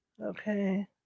Okay